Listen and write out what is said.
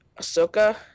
Ahsoka